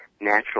natural